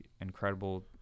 Incredible